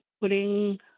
putting